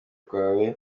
kwawe